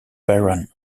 baron